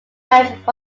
marriage